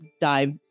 dive